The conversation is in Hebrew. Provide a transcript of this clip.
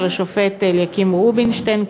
של השופט אליקים רובינשטיין,